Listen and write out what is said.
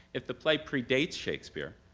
if the play pre-dates shakespeare,